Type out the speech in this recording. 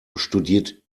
studiert